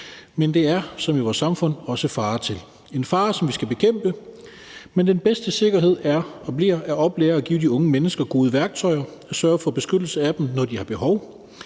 men der er som i vores samfund også farer til – farer, som vi skal bekæmpe. Men den bedste sikkerhed er og bliver at oplære og give de unge mennesker gode værktøjer og sørge for beskyttelse af dem, når de har behov,